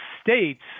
states